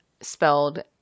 spelled